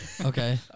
Okay